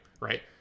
right